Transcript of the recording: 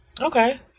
Okay